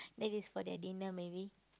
that is for their dinner maybe